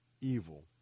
evil